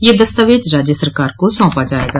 यह दस्तावेज राज्य सरकार को सौंपा जायेगा